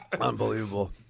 Unbelievable